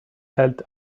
held